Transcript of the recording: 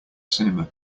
cinema